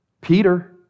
Peter